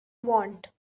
want